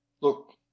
Look